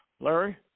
Larry